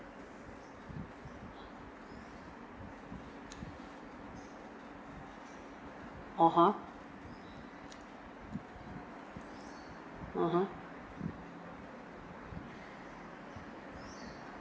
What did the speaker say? (uh huh) (uh huh)